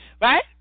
Right